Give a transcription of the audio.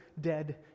dead